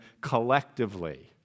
collectively